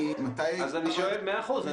מאה אחוז.